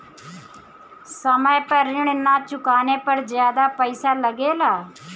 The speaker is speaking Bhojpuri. समय पर ऋण ना चुकाने पर ज्यादा पईसा लगेला?